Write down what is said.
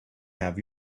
have